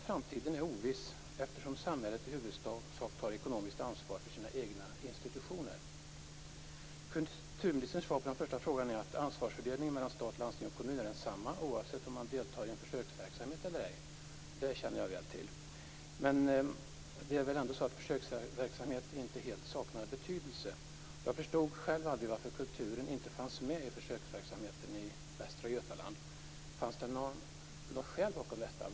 Framtiden är dock oviss, eftersom samhället i huvudsak tar ekonomiskt ansvar för sina egna institutioner. Kulturministerns svar på den första frågan är att ansvarsfördelningen mellan stat, landsting och kommun är densamma oavsett om man deltar i en försöksverksamhet eller ej, och det känner jag väl till. Men försöksverksamhet saknar väl ändå inte helt betydelse? Jag förstod själv aldrig varför kulturen inte fanns med i försöksverksamheten i Västra Götaland. Fanns det något skäl bakom detta?